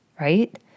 right